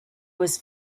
was